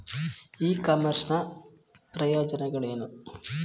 E commerce ನ ಪ್ರಯೋಜನಗಳೇನು?